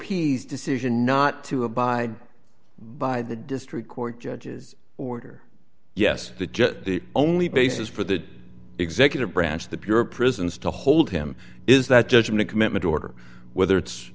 p's decision not to abide by the district court judge's order yes the jet the only basis for the executive branch the pure prisons to hold him is that judgment commitment order whether it's